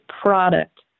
product